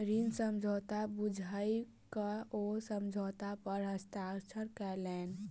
ऋण समझौता बुइझ क ओ समझौता पर हस्ताक्षर केलैन